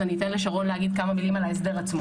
אתן לשרון להגיד כמה מילים על ההסדר עצמו.